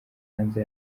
hanze